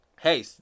hey